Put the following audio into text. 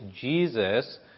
Jesus